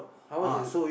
how much is it